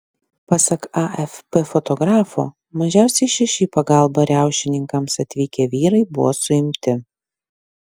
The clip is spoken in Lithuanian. pasak afp fotografo mažiausiai šeši į pagalbą riaušininkams atvykę vyrai buvo suimti